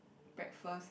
breakfast